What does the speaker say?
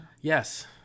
Yes